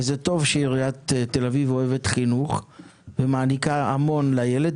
וזה טוב שעיריית תל אביב אוהבת חינוך ומעניקה המון לילד,